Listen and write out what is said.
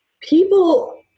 people